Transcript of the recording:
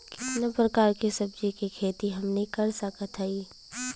कितना प्रकार के सब्जी के खेती हमनी कर सकत हई?